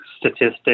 statistics